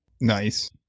Nice